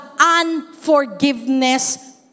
unforgiveness